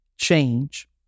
change